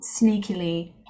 sneakily